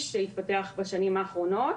שהתפתח בשנים האחרונות.